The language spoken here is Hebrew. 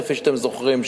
כפי שאתם זוכרים,